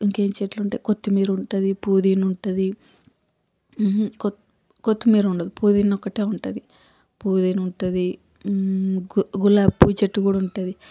ఇంకా ఏమి చెట్లుంటాయి కొత్తిమీర ఉంటుంది పుదీనా ఉంటుంది కొత్తిమీర ఉండదు పుదీనా ఒక్కటే ఉంటుంది పుదీనా ఉంటుంది గులాబీ పూవు చెట్టు కూడా ఉంటుంది